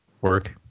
work